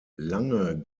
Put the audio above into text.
lange